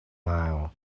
sia